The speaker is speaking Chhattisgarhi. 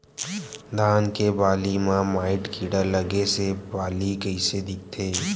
धान के बालि म माईट कीड़ा लगे से बालि कइसे दिखथे?